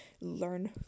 learn